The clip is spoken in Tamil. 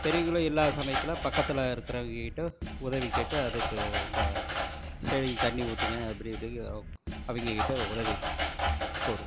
பெரியவங்களும் இல்லாத சமயத்தில் பக்கத்தில் இருக்கிறவங்கிட்ட உதவி கேட்டு அதுக்கு உண்டு செடிக்கு தண்ணி ஊற்றுங்க அப்படி இப்படி அவங்ககிட்ட உதவி கோருவோம்